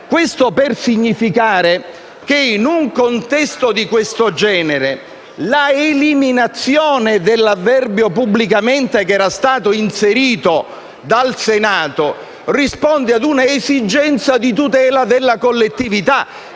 Questo per significare che, in un contesto di questo genere, l'eliminazione dell'avverbio "pubblicamente", che era stato inserito dal Senato, risponde ad un'esigenza di tutela della collettività,